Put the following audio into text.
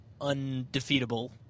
undefeatable